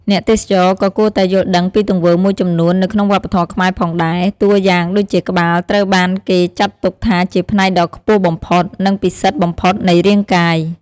អ្នកទេសចរក៏គួរតែយល់ដឹងពីទង្វើមួយចំនួននៅក្នុងវប្បធម៌ខ្មែរផងដែរ តួយ៉ាងដូចជាក្បាលត្រូវបានគេចាត់ទុកថាជាផ្នែកដ៏ខ្ពស់បំផុត និងពិសិដ្ឋបំផុតនៃរាងកាយ។